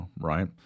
right